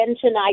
tonight